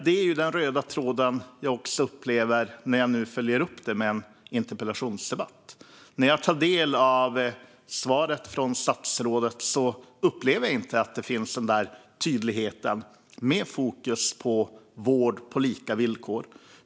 Det är den röda tråd också jag upplever när jag nu följer upp detta i en interpellationsdebatt. När jag tar del av svaret från statsrådet upplever jag inte att den där tydligheten finns med fokus på vård på lika villkor.